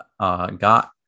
got